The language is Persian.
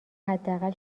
حداقل